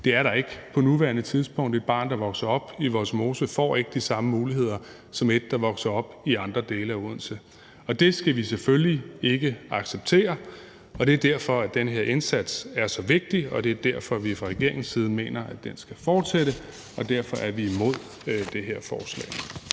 Det er der ikke på nuværende tidspunkt. Et barn, der vokser op i Vollsmose, får ikke de samme muligheder som et barn, der vokser op i andre dele af Odense. Det skal vi selvfølgelig ikke acceptere, og det er derfor, at den her indsats er så vigtig, og det er derfor, at vi fra regeringens side mener, at den skal fortsætte. Derfor er vi imod det her forslag.